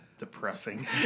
depressing